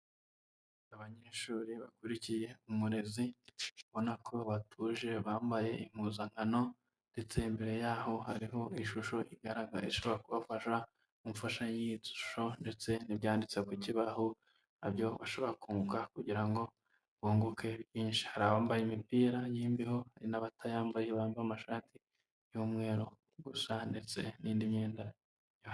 Abanyeshuri bakurikiye umurezi, ubona ko batuje bambaye impuzankano, ndetse mbere yaho hariho ishusho igaragara ishobora kubafasha mu mfashanyigisho, ndetse n'ibyanditse ku kibaho na byo bashobora kunguka, kugira ngo bunguke byinshi. Hari abambaye imipira y'imbeho, hari n'abatayambaye bambaye amashati y'umweru gusa, ndetse n'indi myenda.